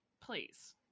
please